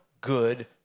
Good